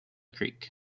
creek